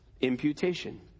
Imputation